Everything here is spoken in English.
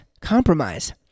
compromise